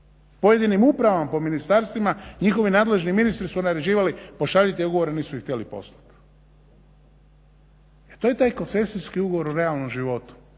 Pojedinim upravama po ministarstvima njihovi nadležni ministri su naređivali pošaljite ugovore, nisu ih htjeli poslati. E to je taj koncesijski ugovor o realnom životu.